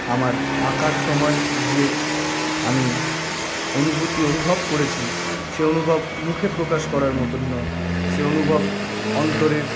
আমার আঁকার সময়ে যে আমি অনুভূতি অনুভব করেছি সে অনুভব মুখে প্রকাশ করার মতন নয় সে অনুভব অন্তরের